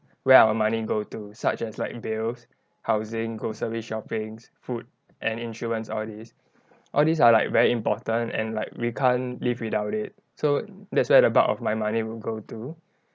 where our money go to such as like bills housing grocery shoppings food and insurance all these all these are like very important and like we can't live without it so that's where the bulk of my money will go to